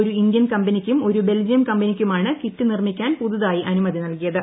ഒരു ഇന്ത്യൻ കമ്പനിക്കും ഒരു ബെൽജിയം കമ്പനിക്കുമാണ് കിറ്റ് നിർമ്മിക്കാൻ പുതുതായി അനുമതി നൽകിയത്